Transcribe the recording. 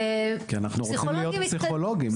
לפסיכולוגים --- כי אנחנו רוצים להיות פסיכולוגים,